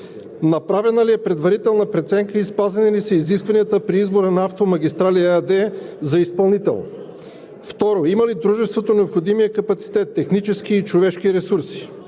направена ли е предварителна преценка и спазени ли са изискванията при избора на „Автомагистрали“ ЕАД за изпълнител? Второ, има ли дружеството необходимия капацитет – технически и човешки ресурси?